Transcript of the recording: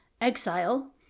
exile